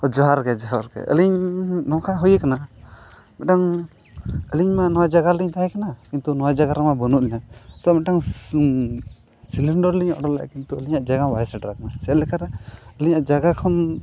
ᱡᱚᱦᱟᱨ ᱜᱮ ᱡᱚᱦᱟᱨ ᱜᱮ ᱟᱹᱞᱤᱧ ᱱᱚᱝᱠᱟ ᱦᱩᱭ ᱟᱠᱟᱱᱟ ᱢᱤᱫᱴᱟᱝ ᱟᱹᱞᱤᱧᱢᱟ ᱱᱚᱣᱟ ᱡᱟᱭᱜᱟ ᱨᱮᱞᱤᱧ ᱛᱟᱦᱮᱸ ᱠᱟᱱᱟ ᱠᱤᱱᱛᱩ ᱱᱚᱣᱟ ᱡᱟᱭᱜᱟ ᱨᱮᱢᱟ ᱵᱟᱹᱱᱩᱜ ᱞᱤᱧᱟᱹ ᱛᱳ ᱢᱤᱫᱴᱟᱝ ᱥᱤᱞᱤᱱᱰᱟᱨ ᱞᱤᱧ ᱚᱰᱟᱨ ᱞᱮᱜᱼᱟ ᱠᱤᱱᱛᱩ ᱟᱹᱞᱤᱧᱟᱜ ᱡᱟᱭᱜᱟ ᱦᱚᱸ ᱵᱟᱭ ᱥᱮᱴᱮᱨ ᱟᱠᱟᱱᱟ ᱪᱮᱫ ᱞᱮᱠᱟᱨᱮ ᱟᱹᱞᱤᱧᱟᱜ ᱡᱟᱭᱜᱟ ᱠᱷᱚᱱ